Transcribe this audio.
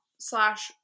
slash